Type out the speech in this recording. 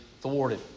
thwarted